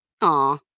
Aw